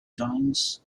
joins